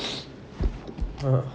ah